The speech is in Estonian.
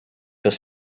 kas